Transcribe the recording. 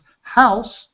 house